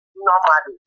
normal